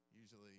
usually